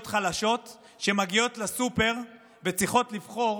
חלשות שמגיעות לסופר וצריכות לבחור